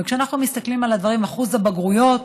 וכשאנחנו מסתכלים על הדברים, אחוז הבגרויות